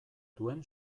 duen